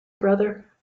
brother